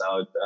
out